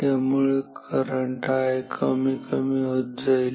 त्यामुळे current I कमीकमी होत जाईल